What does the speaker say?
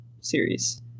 series